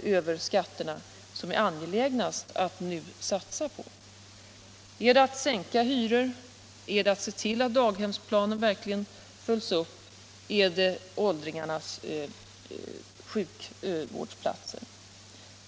Vad är det mest angeläget att satsa på med skatterna? Är det att sänka hyror, att se till att daghemsplanen verkligen följs upp, att garantera åldringarnas sjukvårdsplatser osv.?